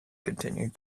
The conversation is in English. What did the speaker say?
continued